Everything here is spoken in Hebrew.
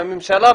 מהממשלה,